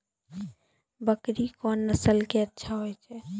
बकरी कोन नस्ल के अच्छा होय छै?